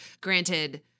granted